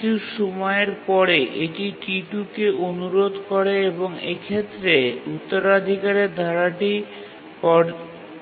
কিছু সময়ের পরে এটি T2 কে অনুরোধ করে এবং এক্ষেত্রে উত্তরাধিকারের ধারাটি